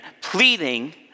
pleading